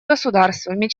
государствами